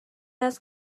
است